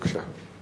בבקשה.